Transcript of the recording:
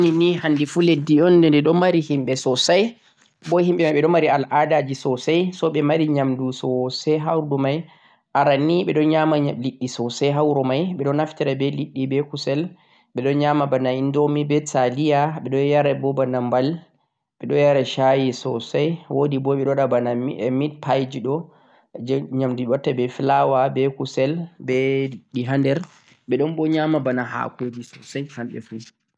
leddi Germany ni handi fu leddi de ɗi ɗo mari himɓe sosai bo himɓe mai ɓe ɗo mari al'adaji sosai, so ɓe mari nyamdu sosai ha wuro mai, aranni ɓe nyama liɗɗi sosai ha wuro mai ɓe ɗon naftira be liɗɗi be kusel, ɓe nyama bana indomie be taliya, ɓe ɗo yara bo bana mbal, ɓe ɗo yara shayi sosai, wo'di bo ɓe ɗo waɗa bana meatpie ji ɗo, je nyamdu ɓe watta be flour be kusel be liɗɗi ha nder ɓeɗon bo nyama bana ha'koji sosai ha pelle mai.